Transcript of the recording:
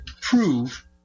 prove